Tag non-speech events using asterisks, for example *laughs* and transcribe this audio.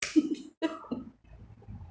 *laughs*